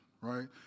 Right